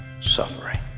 suffering